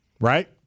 right